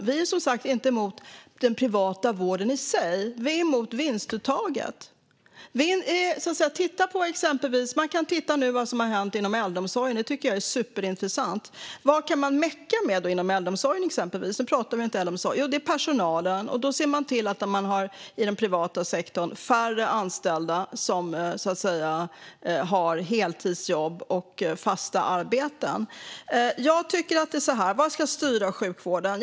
Vi är som sagt inte emot den privata vården i sig, utan vi är emot vinstuttaget. Man kan se på vad som nu har hänt inom äldreomsorgen. Det tycker jag är superintressant. Vad inom äldreomsorgen kan man meka med? Nu talar vi i och för sig inte om äldreomsorg. Jo, det handlar om personalen. I den privata sektorn ser man till att ha färre anställda som har heltidsjobb och fasta arbeten. Vad ska styra sjukvården?